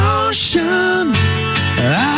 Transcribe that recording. ocean